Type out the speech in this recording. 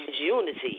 unity